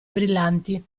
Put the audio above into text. brillanti